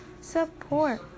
Support